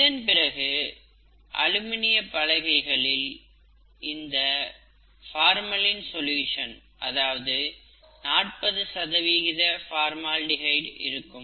இதன்பிறகு அலுமினிய பலகைகளில் இந்த பார்மலின் சொல்யூஷன் அதாவது 40 சதவிகித பார்மால்டிஹைடு இருக்கும்